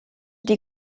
die